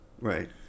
Right